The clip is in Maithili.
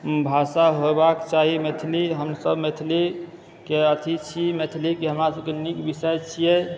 भाषा होएबाक चाही मैथिली हमसभ मैथिली के अथि छी मैथिलीके हमरा सभक नीक विषय छियै